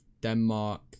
Denmark